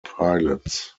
pilots